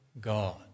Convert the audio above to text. God